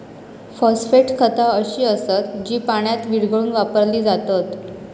phosphate खता अशी असत जी पाण्यात विरघळवून वापरली जातत